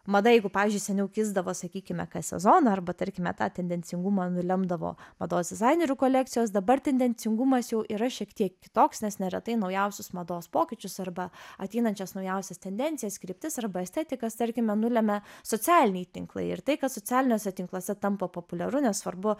mada jeigu pavyzdžiui seniau kisdavo sakykime kas sezoną arba tarkime tą tendencingumą nulemdavo mados dizainerių kolekcijos dabar tendencingumas jau yra šiek tiek kitoks nes neretai naujausius mados pokyčius arba ateinančias naujausias tendencijas kryptis arba estetikas tarkime nulemia socialiniai tinklai ir tai kad socialiniuose tinkluose tampa populiaru nesvarbu